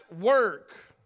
work